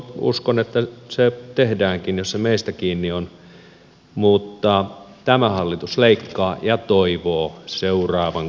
uskon että se tehdäänkin jos se meistä kiinni on mutta tämä hallitus leikkaa ja toivoo seuraavan korjaavan jäljet